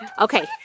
Okay